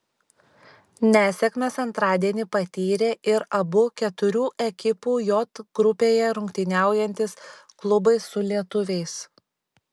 nesėkmes antradienį patyrė ir abu keturių ekipų j grupėje rungtyniaujantys klubai su lietuviais